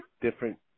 Different